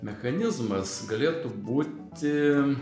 mechanizmas galėtų būti